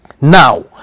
Now